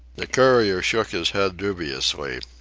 the courier shook his head dubiously.